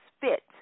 fit